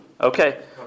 okay